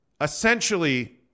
Essentially